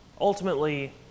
Ultimately